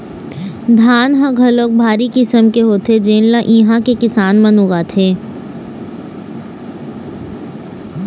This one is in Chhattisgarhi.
धान ह घलोक भारी किसम के होथे जेन ल इहां के किसान मन उगाथे